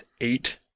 eight